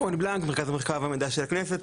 אני אור בלנק ממרכז המחקר והמידע של הכנסת.